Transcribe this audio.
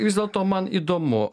vis dėlto man įdomu